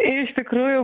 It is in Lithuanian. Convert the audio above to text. iš tikrųjų